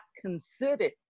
considered